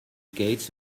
gates